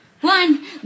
one